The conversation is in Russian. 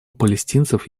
палестинцев